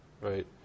right